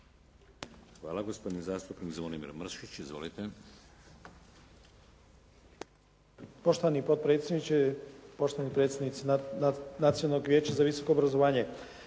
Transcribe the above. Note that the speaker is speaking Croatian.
Hvala. Gospodin zastupnik Zvonimir Mršić. Izvolite.